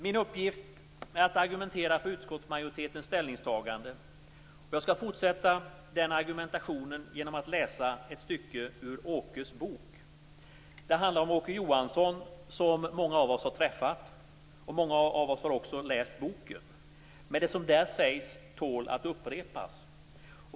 Min uppgift är att argumentera för utskottsmajoritetens ställningstagande. Jag skall fortsätta den argumentationen genom att läsa ett stycke ur Åkes Bok. Det handlar om Åke Johansson, som många av oss har träffat. Många av oss har också läst boken. Men det som där sägs tål att upprepas.